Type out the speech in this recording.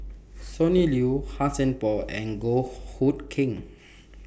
Sonny Liew Han Sai Por and Goh Hood Keng